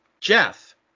Jeff